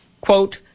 Quote